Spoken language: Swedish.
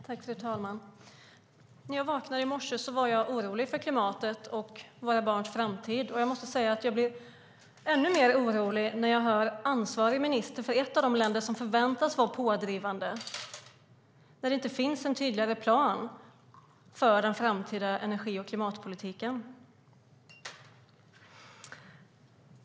Fru talman! När jag vaknade i morse var jag orolig för klimatet och våra barns framtid. Jag måste säga att jag blir ännu mer orolig när jag hör den ansvariga ministern för ett av de länder som förväntas vara pådrivande, när det inte finns en tydligare plan för den framtida energi och klimatpolitiken.